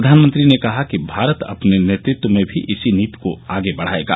प्रधानमंत्री ने कहा कि भारत अपने नेतृत्व में भी इस नीति को और आगे बढ़ाएगा